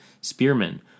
spearmen